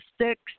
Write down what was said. six